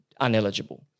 uneligible